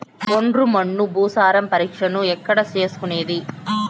ఒండ్రు మన్ను భూసారం పరీక్షను ఎక్కడ చేసుకునేది?